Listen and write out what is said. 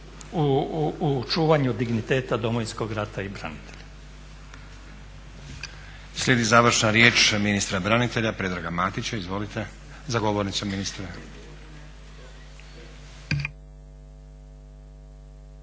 u čuvanju digniteta Domovinskog rata i branitelja. **Stazić, Nenad (SDP)** Slijedi završna riječ ministra branitelja Predraga Matića. Izvolite za govornicu ministre.